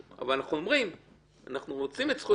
אבל אנחנו אומרים שאנחנו רוצים את זכות